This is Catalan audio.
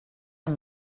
amb